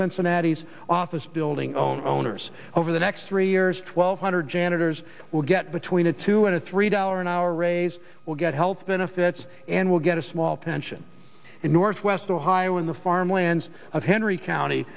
anatomies office building owners over the next three years twelve hundred janitors will get between a two and a three dollar an hour raise will get health benefits and will get a small pension in northwest ohio in the farmlands of henry county